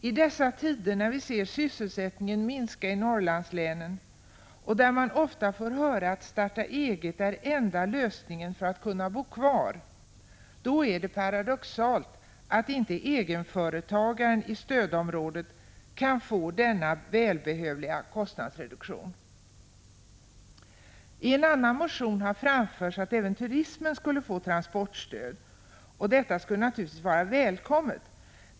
I dessa tider när vi ser sysselsättningen — Prot. 1985/86:143 minska i Norrlandslänen och där man ofta får höra att ”starta eget” är enda 15 maj 1986 lösningen för att kunna bo kvar — då är det paradoxalt att inte egenföretagaren i stödområdet kan få denna välbehövliga kostnadsreduktion. I en annan motion har framförts att även turismen skulle få transportstöd, och detta skulle naturligtvis vara välkommet.